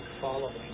following